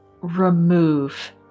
remove